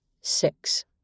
Six